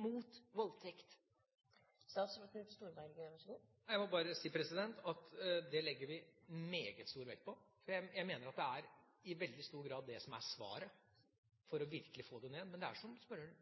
mot voldtekt? Jeg må bare si at det legger vi meget stor vekt på, for jeg mener at det i veldig stor grad er det som er svaret for virkelig å få det ned. Men som spørreren